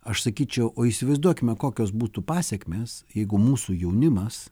aš sakyčiau o įsivaizduokime kokios būtų pasekmės jeigu mūsų jaunimas